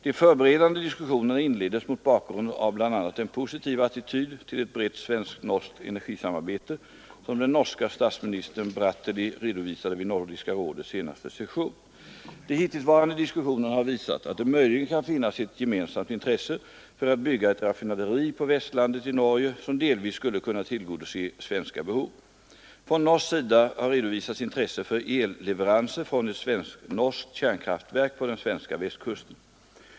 De förberedande diskussionerna inleddes mot bakgrund av bl.a. den positiva attityd till ett brett svenskt-norskt energisamarbete, som den norske statsministern Bratteli redovisade vid Nordiska rådets senaste session. De hittillsvarande diskussionerna har visat att det möjligen kan finnas ett gemensamt intresse för att bygga ett raffinaderi på Vestlandet i Norge som delvis skulle kunna tillgodose svenska behov. Från norsk sida har redovisats intresse för elleveranser från ett svenskt-norskt kärnkraftverk på den svenska västkusten.